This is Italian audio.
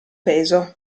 peso